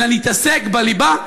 אלא נתעסק בליבה,